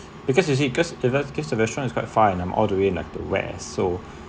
because you see because if that's the case the restaurant is quite far and I'm all the way like the west so